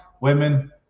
Women